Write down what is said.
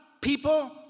people